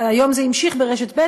היום זה נמשך ברשת ב',